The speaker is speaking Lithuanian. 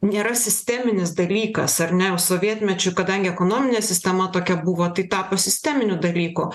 nėra sisteminis dalykas ar ne o sovietmečiu kadangi ekonominė sistema tokia buvo tai tapo sisteminiu dalyku